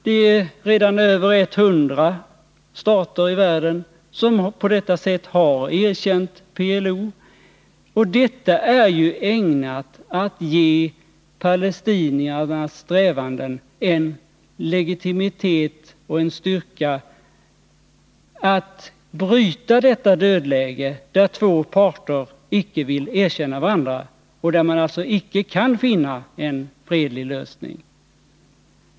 Det är redan över 100 stater som på detta sätt har erkänt PLO. Detta är ju ägnat att ge palestiniernas strävanden legitimitet och styrka när det gäller att bryta detta dödläge, där två parter icke vill erkänna varandra och där man alltså icke kan finna en fredlig lösning.